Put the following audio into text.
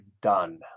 done